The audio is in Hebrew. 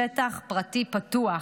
שטח פרטי פתוח,